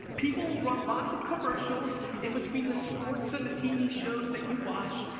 people will run lots of commercials in-between the sports and the tv shows that you watch,